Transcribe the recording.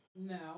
No